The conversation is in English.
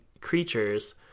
creatures